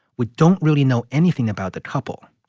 we don't really know anything about the couple.